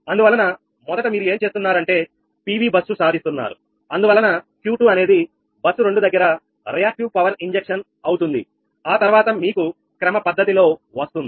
అందువలన మొదట మీరు ఏం చేస్తున్నారు అంటే PV బస్సు సాధిస్తున్నారు అందువలన Q2 అనేది బస్సు రెండు దగ్గర రియాక్టివ్ పవర్ ఇంజక్షన్ అవుతుంది ఆ తర్వాత మీకు క్రమపద్ధతిలో వస్తుంది